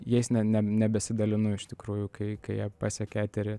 jais ne ne nebesidalinu iš tikrųjų kai kai jie pasiekia eterį